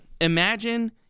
imagine